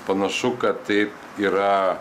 panašu kad taip yra